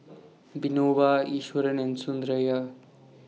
Vinoba Iswaran and Sundaraiah